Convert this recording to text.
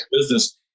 business